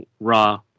raw